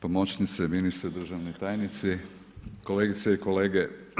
Pomoćnice, ministrice, državni tajnici, kolegice i kolege!